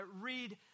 read